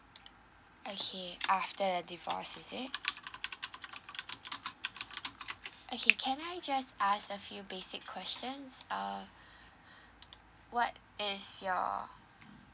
okay after the divorce is it okay can I just ask a few basic questions uh what is your